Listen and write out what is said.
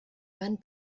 van